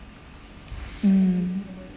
mm